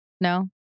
No